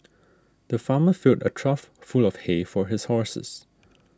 the farmer filled a trough full of hay for his horses